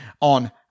on